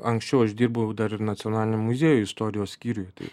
anksčiau aš dirbau dar ir nacionaliniam muziejuj istorijos skyriuje tai